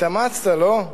התאמצת, לא?